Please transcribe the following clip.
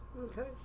Okay